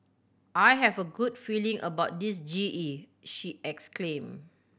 I have a good feeling about this G E she exclaimed